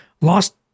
lost